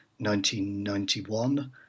1991